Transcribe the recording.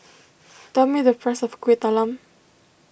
tell me the price of Kuih Talam